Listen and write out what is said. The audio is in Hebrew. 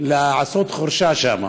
לעשות חורשה, שם.